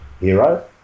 hero